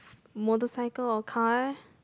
motorcycle or car